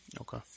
Okay